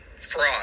fraud